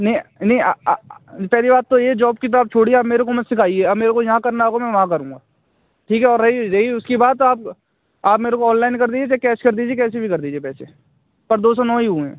नहीं नहीं पहली बात तो यह जॉब कि तो आप छोड़िए आप मेरे को मत सिखाइए अब मेरे को जहाँ करना होगा मैं वहाँ करूँगा ठीक है और रही रही उसकी बात आप आप मेरे को ऑनलाइन कर दीजिए चाहे कैश कर दीजिए कैसे भी कर दीजिए पैसे पर दो सौ नौ ही हुए हैं